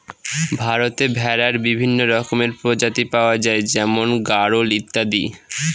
ভারতে ভেড়ার বিভিন্ন রকমের প্রজাতি পাওয়া যায় যেমন গাড়োল ইত্যাদি